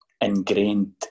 ingrained